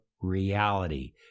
reality